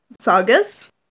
sagas